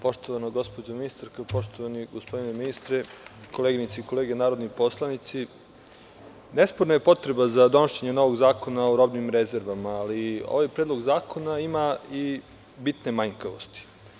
Poštovana gospođo ministarka i poštovani gospodine ministre, koleginice i kolege narodni poslanici, nesporna je potreba za donošenje novog Zakona o robnim rezervama, ali ovaj predlog zakona ima i bitne manjkavosti.